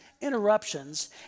interruptions